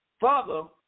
Father